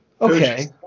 Okay